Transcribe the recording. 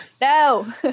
No